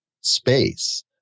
space